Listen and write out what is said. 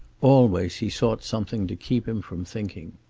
always he sought something to keep him from thinking.